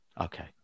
Okay